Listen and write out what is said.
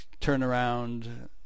turnaround